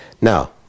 Now